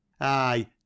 Aye